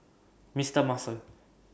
Mister Muscle